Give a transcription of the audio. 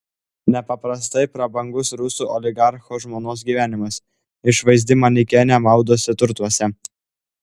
nepaprastai prabangus rusų oligarcho žmonos gyvenimas išvaizdi manekenė maudosi turtuose